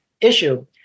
issue